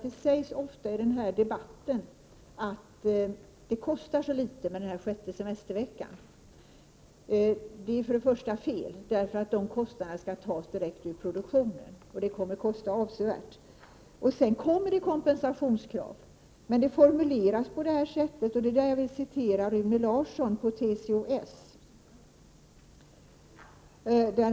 Det sägs ofta i debatten att den sjätte semesterveckan kostar så litet. Först och främst är det fel, eftersom dessa kostnader skall tas direkt ur produktionen, och det kommer att kosta avsevärt. Dessutom kommer det att ställas kompensationskrav. Dessa formuleras på följande sätt av Rune Larson på TCO-S.